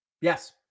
Yes